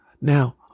Now